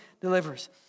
delivers